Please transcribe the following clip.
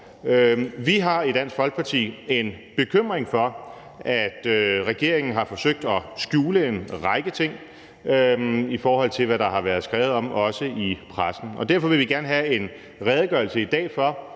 Vi har i Dansk Folkeparti en bekymring for, at regeringen har forsøgt at skjule en række ting, i forhold til hvad der har været skrevet om, også i pressen, og derfor vil vi gerne have en redegørelse i dag for,